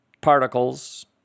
particles